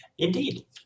Indeed